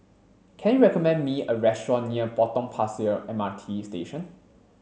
can you recommend me a restaurant near Potong Pasir M R T Station